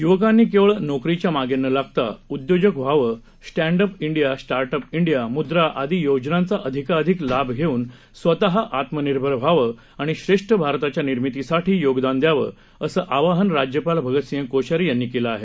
युवकांनी केवळ नोकरीच्या मागे न लागता उद्योजक व्हावं stand up India start up India Mudra आदी योजनांचा अधिकाधिक लाभ घेऊन स्वतः आत्मनिर्भर व्हावं आणि श्रेष्ठ भारताच्या निर्मितीसाठी योगदान द्यावं असं आवाहन राज्यपाल भगतसिंह कोश्यारी यांनी केलं आहे